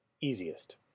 Easiest